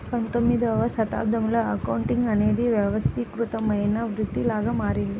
పంతొమ్మిదవ శతాబ్దంలో అకౌంటింగ్ అనేది వ్యవస్థీకృతమైన వృత్తిలాగా మారింది